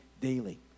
daily